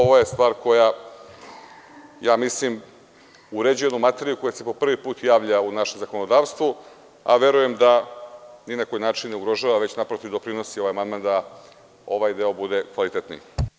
Ovo je stvar koja, ja mislim, uređuje jednu materiju koja se po prvi put javlja u našem zakonodavstvu, a verujem da ni na koji način ne ugrožava, već naprotiv, ovaj amandman doprinosida ovaj deo bude kvalitetniji.